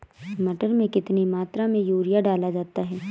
मटर में कितनी मात्रा में यूरिया डाला जाता है?